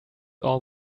all